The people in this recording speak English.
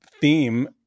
theme